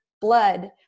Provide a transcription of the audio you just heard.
blood